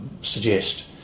suggest